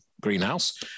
greenhouse